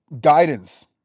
guidance